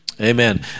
Amen